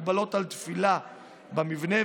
הגבלות על תפילה במבנה,